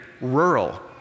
rural